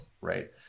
right